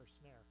snare